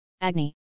Agni